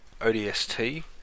ODST